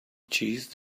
cheese